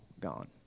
gone